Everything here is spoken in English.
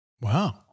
Wow